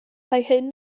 hyn